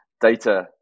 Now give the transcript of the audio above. Data